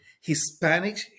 Hispanic